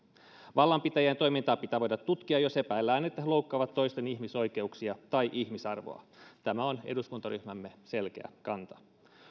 vallanpitäjien toimintaa pitää voida tutkia jos epäillään että he loukkaavat toisten ihmisoikeuksia tai ihmisarvoa tämä on eduskuntaryhmämme selkeä kanta